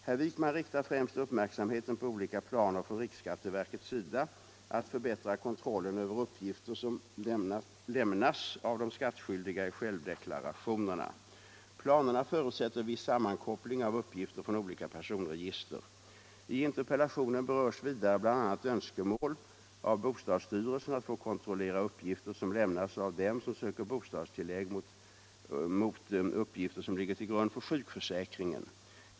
Herr Wijkman riktar främst uppmärksamheten på olika planer från riksskatteverkets sida att förbättra kontrollen över uppgifter som lämnas av de skattskyldiga i självdeklarationerna. Planerna förutsätter viss sammankoppling av uppgifter från olika personregister. I interpellationen berörs vidare bl.a. önskemål av bostadsstyrelsen att få kontrollera uppgifter som lämnas av dem som söker bostadstillägg mot uppgifter som ligger till grund för sjukförsäkringen.